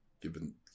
given